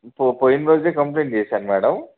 పొ పోయిన రోజే కంప్లైంట్ చేసాను మేడం